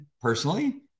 personally